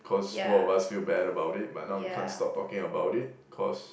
cause both of us feel bad about it but now we can't stop talking about it cause